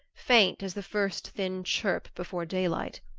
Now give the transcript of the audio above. faint as the first thin chirp before daylight.